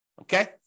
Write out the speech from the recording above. Okay